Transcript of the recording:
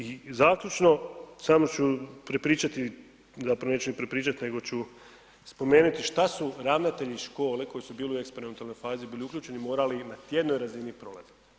I zaključno, samo ću prepričati, zapravo neću ni prepričati nego ću spomenuti šta su ravnatelji škole koji su bili u eksperimentalnoj fazi bili uključeni, morali na tjednoj razini prolaziti.